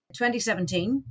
2017